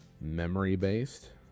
memory-based